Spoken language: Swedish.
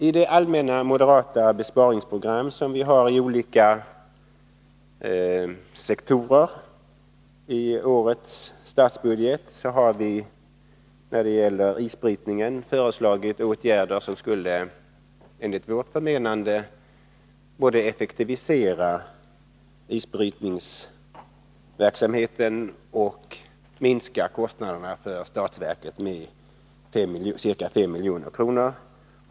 I det allmänna moderata besparingsprogrammet, som omfattar olika sektorer i årets statsbudget, har vi när det gäller isbrytning föreslagit åtgärder som, enligt vår mening, skulle både effektivisera isbrytningsverksamheten och minska kostnaderna för statsverket med ca 5 milj.kr.